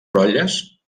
brolles